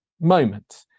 moment